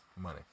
money